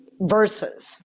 verses